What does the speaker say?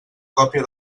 còpia